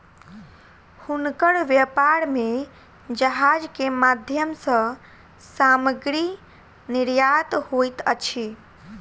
हुनकर व्यापार में जहाज के माध्यम सॅ सामग्री निर्यात होइत अछि